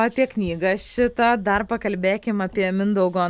apie knygą šitą dar pakalbėkim apie mindaugo